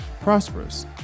prosperous